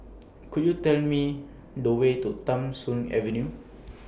Could YOU Tell Me The Way to Tham Soong Avenue